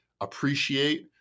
appreciate